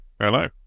Hello